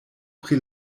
pri